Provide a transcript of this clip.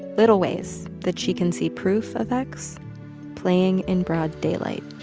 little ways that she can see proof of x playing in broad daylight